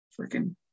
freaking